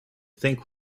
think